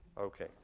Okay